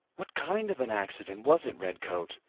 what kind of an accident was it, redcoat,